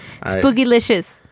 Spookylicious